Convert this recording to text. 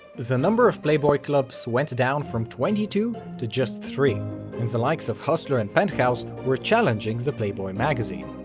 the number of playboy clubs went down from twenty two to just three, and the likes of hustler and penthouse were challenging the playboy magazine.